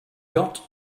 got